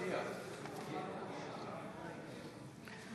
מצביעה מיכאל